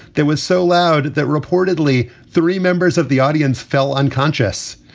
there was so loud that reportedly three members of the audience fell unconscious.